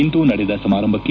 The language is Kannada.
ಇಂದು ನಡೆದ ಸಮಾರಂಭಕ್ಕೆ